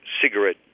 cigarette